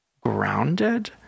grounded